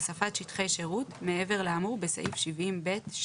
הוספת שטחי שירות מעבר לאמור בסעיף 70ב(2);